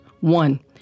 One